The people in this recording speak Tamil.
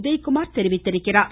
உதயகுமார் தெரிவித்துள்ளார்